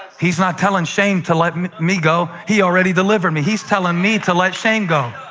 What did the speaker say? he's not telling shame to let me me go he already delivered me. he's telling me to let shame go.